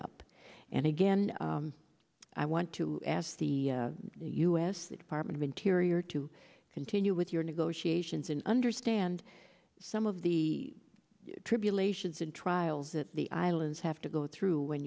up and again i want to ask the u s department of interior to continue with your negotiations and understand some of the tribulations and trials that the islands have to go through when